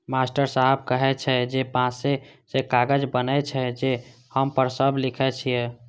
master साहेब कहै रहै जे बांसे सं कागज बनै छै, जे पर हम सब लिखै छियै